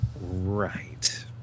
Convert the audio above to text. Right